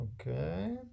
okay